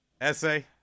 Essay